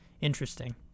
Interesting